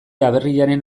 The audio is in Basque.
aberriaren